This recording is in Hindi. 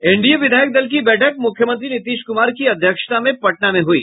एनडीए विधायक दल की बैठक मुख्यमंत्री नीतीश कुमार की अध्यक्षता में पटना में हुई